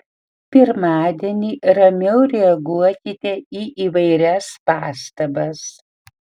pirmadienį ramiau reaguokite į įvairias pastabas